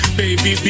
baby